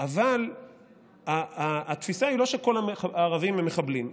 אבל התפיסה היא לא שכל הערבים הם מחבלים,